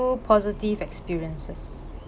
positive experiences